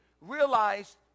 realized